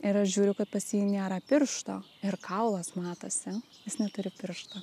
ir aš žiūriu kad pas jį nėra piršto ir kaulas matosi jis neturi pirštų